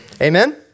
Amen